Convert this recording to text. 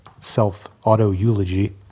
self-auto-eulogy